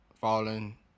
falling